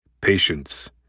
Patience